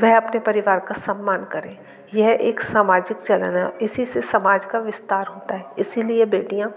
वे अपने परिवार का सम्मान करे यह एक सामाजिक चलन है इसी से समाज का विस्तार होता है इसी लिए बेटियाँ